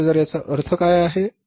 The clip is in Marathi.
322000 याचा अर्थ काय आहे